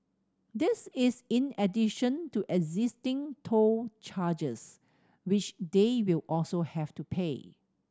this is in addition to existing toll charges which they will also have to pay